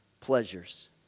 pleasures